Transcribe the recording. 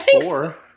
four